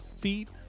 feet